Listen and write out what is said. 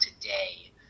today